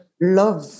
Love